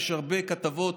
יש הרבה כתבות,